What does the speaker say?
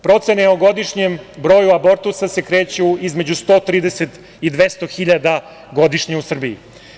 Procene o godišnjem broju abortusa se kreću između 130 i 200 hiljada godišnje u Srbiji.